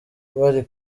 bari